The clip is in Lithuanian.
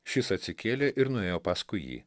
šis atsikėlė ir nuėjo paskui jį